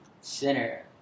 center